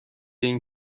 این